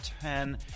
ten